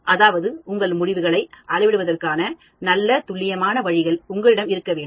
அதாவது உங்கள் முடிவுகளை அளவிடுவதற்கான நல்ல துல்லியமான வழிகள் உங்களிடம் இருக்க வேண்டும்